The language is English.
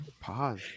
Pause